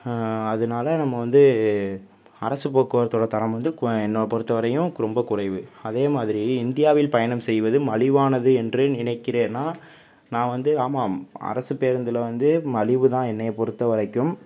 அதனால் நம்ம வந்து அரசு போக்குவரத்தோடய தரம் வந்து க என்ன பொறுத்த வரையும் ரொம்ப குறைவு அதே மாதிரி இந்தியாவில் பயணம் செய்வது மலிவானது என்று நினைக்கிறேனா நான் வந்து ஆமாம் அரசுப் பேருந்தில் வந்து மலிவு தான் என்னையை பொறுத்த வரைக்கும்